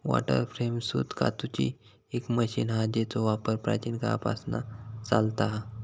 water frame सूत कातूची एक मशीन हा जेचो वापर प्राचीन काळापासना चालता हा